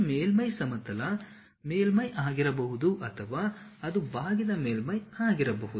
ಈ ಮೇಲ್ಮೈ ಸಮತಲ ಮೇಲ್ಮೈ ಆಗಿರಬಹುದು ಅಥವಾ ಅದು ಬಾಗಿದ ಮೇಲ್ಮೈ ಆಗಿರಬಹುದು